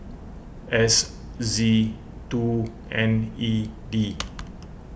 S Z two N E D